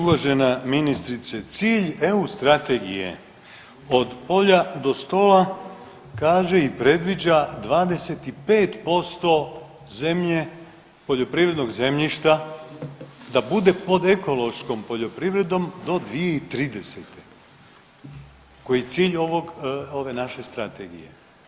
Uvažen ministrice cilj EU strategije „Od polja do stola“ kaže i predviđa 25% zemlje poljoprivrednog zemljišta da bude pod ekološkom poljoprivredom do 2030. koji je cilj ove naše Strategije.